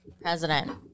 President